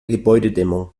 gebäudedämmung